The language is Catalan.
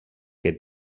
que